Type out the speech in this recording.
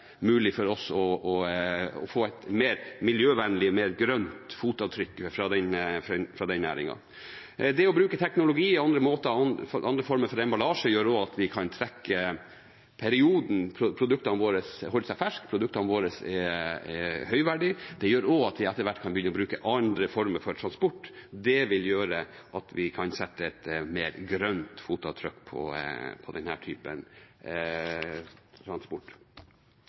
mulig for oss å få et mer miljøvennlig, et mer grønt, fotavtrykk fra den næringen. Det å bruke teknologi og andre former for emballasje gjør at vi kan strekke den perioden produktene våre holder seg ferske og er høyverdige, og det gjør også at vi etter hvert kan begynne å bruke andre former for transport. Det vil gjøre at vi kan sette et mer grønt fotavtrykk på denne typen transport.